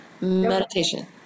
meditation